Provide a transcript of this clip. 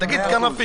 000 מטר,